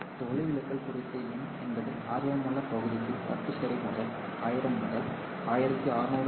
இந்த ஒளிவிலகல் குறியீட்டு n என்பது ஆர்வமுள்ள பகுதிக்கு 10 சரி முதல் 1000 முதல் 1600 என்